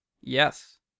Yes